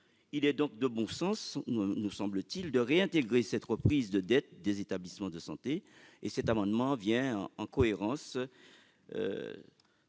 Il est donc de bon sens, nous semble-t-il, de réintégrer cette reprise de dette des établissements de santé. Cet amendement vise, à cet